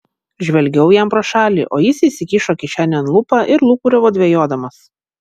žvelgiau jam pro šalį o jis įsikišo kišenėn lupą ir lūkuriavo dvejodamas